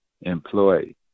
employee